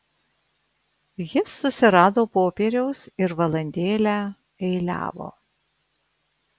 jis susirado popieriaus ir valandėlę eiliavo